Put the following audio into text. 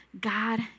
God